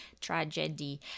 tragedy